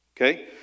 Okay